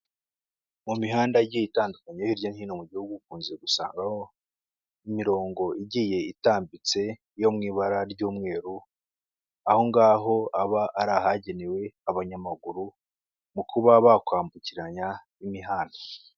Mu mihanda igiye itandukanye hirya no hino mu gihugu ukunze gusangaho imirongo igiye itambitse yo mu ibara ry'umweru, aho ngaho aba ari ahagenewe abanyamaguru mu kuba bakwambukiranya imihanda.